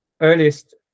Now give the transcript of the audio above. earliest